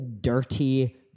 dirty